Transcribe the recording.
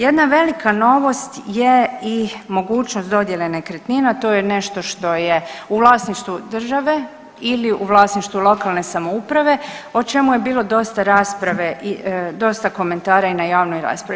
Jedna velika novost je i mogućnost dodjele nekretnina, to je nešto što je u vlasništvu države ili u vlasništvu lokalne samouprave o čemu je bilo dosta rasprave i dosta komentara i na javnoj raspravi.